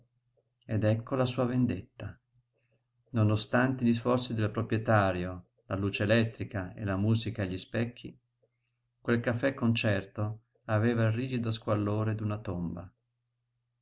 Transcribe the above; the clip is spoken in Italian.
ed ecco la sua vendetta non ostanti gli sforzi del proprietario la luce elettrica e la musica e gli specchi quel caffè-concerto aveva il rigido squallore d'una tomba